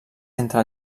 entre